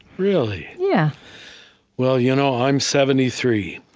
really? yeah well, you know i'm seventy three,